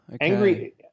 Angry